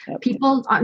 People